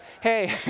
hey